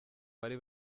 bari